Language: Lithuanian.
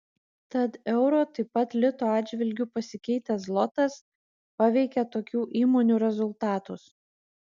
tad euro taip pat lito atžvilgiu pasikeitęs zlotas paveikia tokių įmonių rezultatus